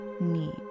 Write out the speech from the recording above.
need